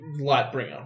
lightbringer